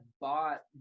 bought